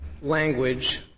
language